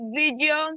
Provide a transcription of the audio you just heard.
video